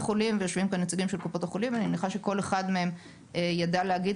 יושבים כאן נציגים של קופות החולים ואני מניחה שכל אחד מהם יידע להגיד,